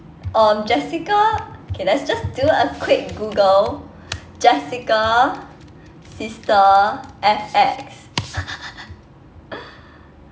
um jessica okay let's just do a quick google jessica sister F_X